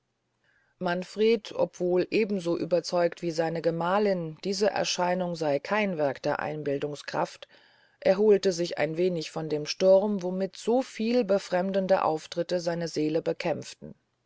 manfred obwohl eben so überzeugt als seine gemahlin diese erscheinung sey kein werk der einbildungskraft erholte sich ein wenig von dem sturm womit so viel befremdende auftritte seine seele bekämpften